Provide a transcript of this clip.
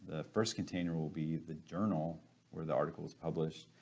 the first container will be the journal where the article is published,